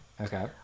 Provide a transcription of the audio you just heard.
okay